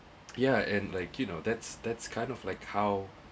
yeah and like you know that's that's kind of like how